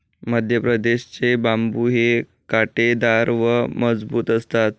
मध्यप्रदेश चे बांबु हे काटेदार व मजबूत असतात